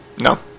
No